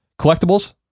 collectibles